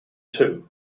two